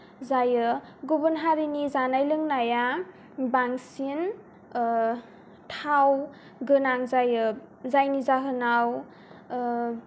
जायो गुबुन हारिनि जानाय लोंनाया बांसिन थाव गोनां जायो जायनि जाहोनाव